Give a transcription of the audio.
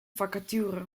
vacature